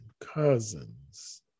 cousins